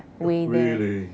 oh really